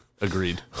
Agreed